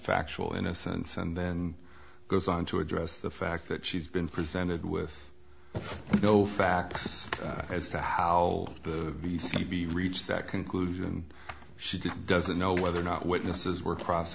factual innocence and then goes on to address the fact that she's been presented with no facts as to how the b c b reached that conclusion and she doesn't know whether or not witnesses were cross